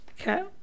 Okay